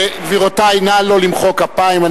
גבירותי, נא לא למחוא כפיים.